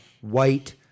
white